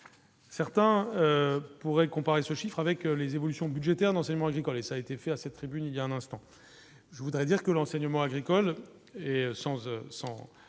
certains pourraient comparer ce chiffre avec les évolutions budgétaires d'enseignement agricole et ça a été fait à cette tribune, il y a un instant, je voudrais dire que l'enseignement agricole et sans